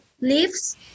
Leaves